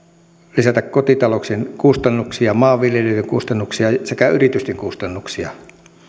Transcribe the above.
lisätä kotitalouksien kustannuksia maanviljelijöiden kustannuksia sekä yritysten kustannuksia